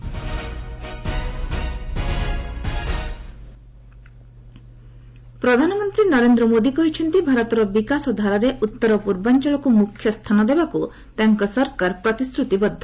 PM Sikkim ପ୍ରଧାନମନ୍ତ୍ରୀ ନରେନ୍ଦ୍ର ମୋଦି କହିଛନ୍ତି ଭାରତର ବିକାଶ ଧାରାରେ ଉତ୍ତର ପୂର୍ବାଞ୍ଚଳକୁ ମୁଖ୍ୟ ସ୍ଥାନ ଦେବାକୁ ତାଙ୍କ ସରକାର ପ୍ରତିଶ୍ରତିବଦ୍ଧ